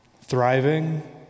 Thriving